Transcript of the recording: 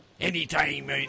Anytime